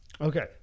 Okay